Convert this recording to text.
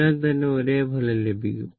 അതിനാൽ തന്നെ ഒരേ ഫലം ലഭിക്കും